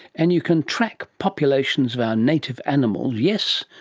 and you can track populations of our native animals, yes,